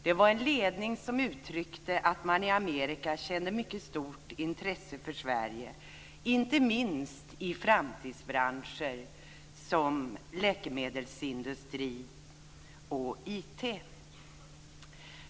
Det var en ledning som uttryckte att man i Amerika känner mycket stort intresse för Sverige, inte minst i framtidsbranscher som läkemedelsindustri och IT.